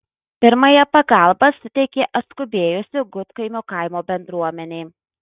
pirmąją pagalbą suteikė atskubėjusi gudkaimio kaimo bendruomenė